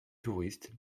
touristes